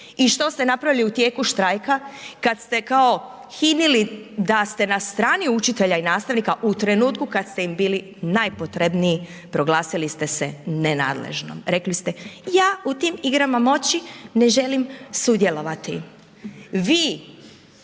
i što ste napravili u tijeku štrajka kad ste kao hinili da ste na strani učitelja i nastavnika u trenutku kad ste im bili najpotrebniji proglasili ste se nenadležnom, rekli ste ja u tim igrama moći ne želim sudjelovati, vi